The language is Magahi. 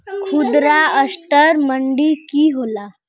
खुदरा असटर मंडी की होला?